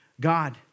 God